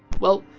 well,